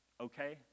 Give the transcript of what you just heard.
okay